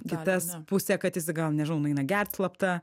kitas pusė kad jis gal nežinau nueina gert slapta